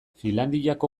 finlandiako